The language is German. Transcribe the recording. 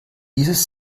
dieses